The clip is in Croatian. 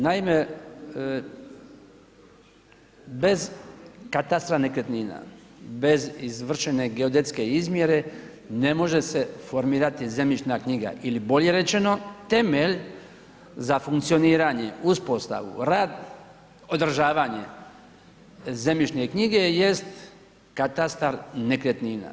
Naime, bez katastra nekretnina, bez izvršene geodetske izmjere ne može se formirati zemljišna knjiga ili bolje rečeno temelj za funkcioniranje, uspostavu, rad, održavanje zemljišne knjige jest katastar nekretnina.